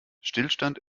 stillstand